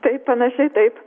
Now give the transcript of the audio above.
taip panašiai taip